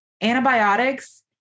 antibiotics